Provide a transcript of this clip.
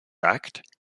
act